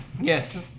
yes